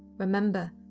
remember,